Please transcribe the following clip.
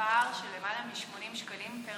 פער של למעלה מ-80 שקלים פר